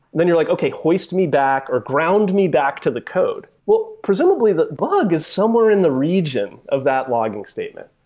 then you're like, okay, hoist me back or ground me back to the code. well, presumably, the blog is somewhere in the region of that logging statement.